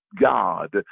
God